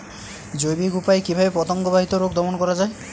জৈবিক উপায়ে কিভাবে পতঙ্গ বাহিত রোগ দমন করা যায়?